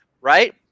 right